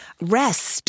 rest